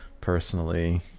personally